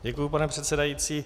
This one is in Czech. Děkuji, pane předsedající.